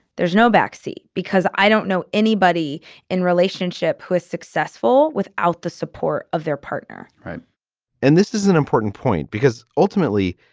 there's no back seat because i don't know anybody in relationship who is successful without the support of their partner. right and this is an important point, because ultimately,